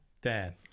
Dan